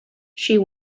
she